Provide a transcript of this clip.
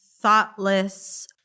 thoughtless